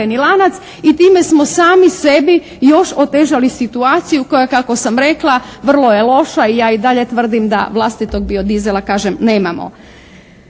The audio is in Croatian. I time smo sami sebi još otežali situaciju koja kako sam rekla vrlo je loša i ja dalje tvrdim da vlastitog bio-dizela, kažem, nemamo.